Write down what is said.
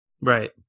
right